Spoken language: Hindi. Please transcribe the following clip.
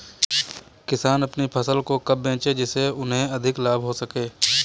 किसान अपनी फसल को कब बेचे जिसे उन्हें अधिक लाभ हो सके?